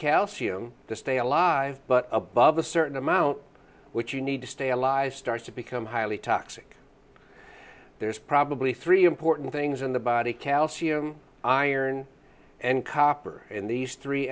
calcium to stay alive but above a certain amount which you need to stay alive starts to become highly toxic there's probably three important things in the body calcium iron and copper in these three